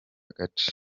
gace